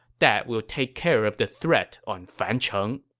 that will take care of the threat on fancheng.